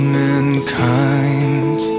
mankind